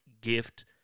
gift